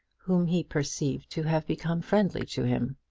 whom he perceived to have become friendly to him.